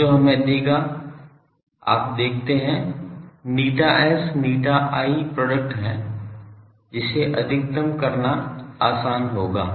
अब जो हमें देगा आप देखते है ηs ηi product है जिसे अधिकतम करना आसान होगा